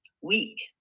weak